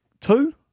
two